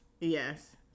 Yes